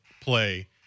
play